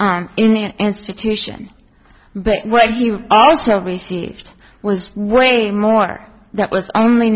in an institution but what you also received was way more that was only